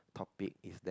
topic is that